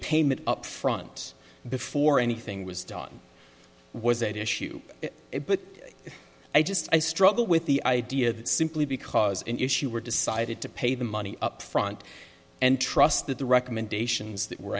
payment up front before anything was done was that issue it but i just i struggle with the idea that simply because an issue were decided to pay the money upfront and trust that the recommendations that were